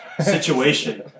situation